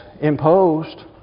imposed